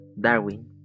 Darwin